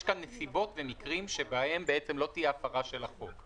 יש כאן נסיבות ומקרים שבהם בעצם לא תהיה הפרה של החוק.